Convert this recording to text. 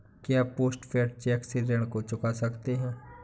क्या post paid cheque से ऋण को चुका सकते हैं?